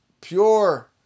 pure